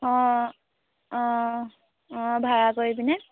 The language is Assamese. অঁ অঁ অঁ ভাড়া কৰি পিনে